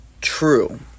true